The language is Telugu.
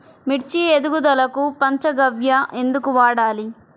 మిర్చి ఎదుగుదలకు పంచ గవ్య ఎందుకు వాడాలి?